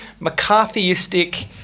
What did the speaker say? McCarthyistic